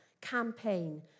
campaign